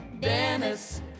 Dennis